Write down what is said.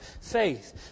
faith